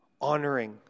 Honoring